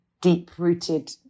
deep-rooted